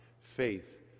faith